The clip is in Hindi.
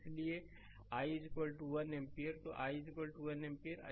इसलिए i 1 एम्पीयर तो i 1 एम्पीयर